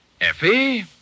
Effie